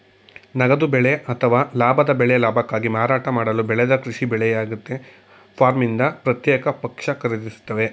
ನಗದು ಬೆಳೆ ಅಥವಾ ಲಾಭದ ಬೆಳೆ ಲಾಭಕ್ಕಾಗಿ ಮಾರಾಟ ಮಾಡಲು ಬೆಳೆದ ಕೃಷಿ ಬೆಳೆಯಾಗಯ್ತೆ ಫಾರ್ಮ್ನಿಂದ ಪ್ರತ್ಯೇಕ ಪಕ್ಷ ಖರೀದಿಸ್ತವೆ